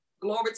Glory